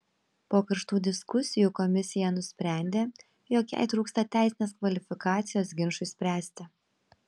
po karštų diskusijų komisija nusprendė jog jai trūksta teisinės kvalifikacijos ginčui spręsti